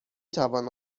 توان